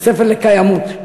בית-ספר לקיימות.